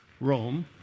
Rome